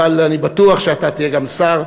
אבל אני בטוח שאתה תהיה גם שר,